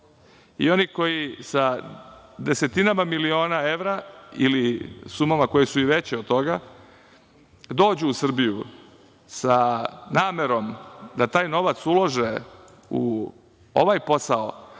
Oni koji sa desetinama miliona evra ili sumama koje su i veće od toga dođu u Srbiju sa namerom da taj novac ulože u ovaj posao,